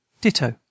ditto